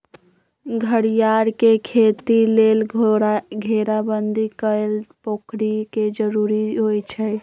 घरियार के खेती लेल घेराबंदी कएल पोखरि के जरूरी होइ छै